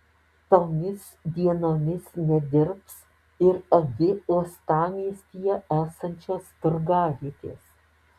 tomis dienomis nedirbs ir abi uostamiestyje esančios turgavietės